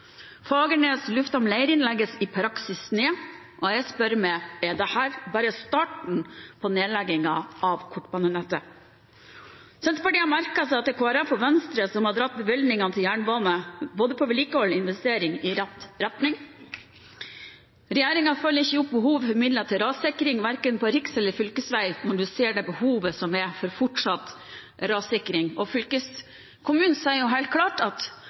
Lufthavn Leirin legges i praksis ned, og jeg spør meg: Er dette bare starten på nedleggingen av kortbanenettet? Senterpartiet har merket seg at det er Kristelig Folkeparti og Venstre som har dratt bevilgningene til jernbane på både vedlikehold og investering i rett retning. Regjeringen følger ikke opp behovet for midler til rassikring verken på riks- eller fylkesveier, når en ser det behovet som er for fortsatt rassikring. Fylkeskommunene sier helt klart at